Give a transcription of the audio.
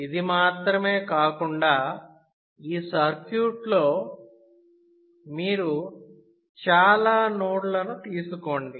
ఇది మాత్రమే కాకుండా ఈ సర్క్యూట్ లో మీరు చాలా నోడ్ లను తీసుకోండి